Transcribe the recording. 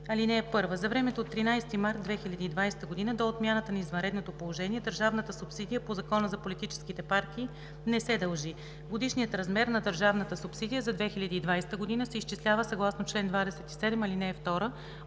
„§ 35. (1) За времето от 13 март 2020 г. до отмяната на извънредното положение държавна субсидия по Закона за политическите партии не се дължи. Годишният размер на държавната субсидия за 2020 г. се изчислява съгласно чл. 27, ал. 2